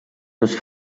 dos